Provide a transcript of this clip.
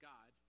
God